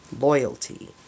Loyalty